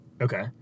okay